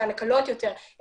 הקלות יותר,